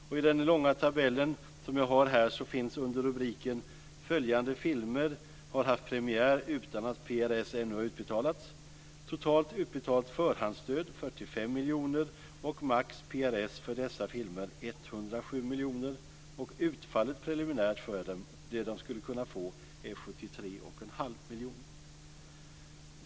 Och i den långa tabellen som jag har här finns under rubriken "Följande filmer har haft premiär utan att PRS ännu har utbetalats": totalt utbetalt förhandsstöd 45 miljoner och max PRS för dessa filmer 107 miljoner. Det preliminära utfallet - det som man skulle kunna få - är 73,5 miljoner.